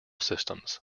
systems